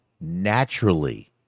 naturally